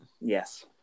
Yes